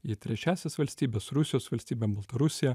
į trečiąsias valstybes rusijos valstybę baltarusiją